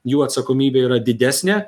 jų atsakomybė yra didesnė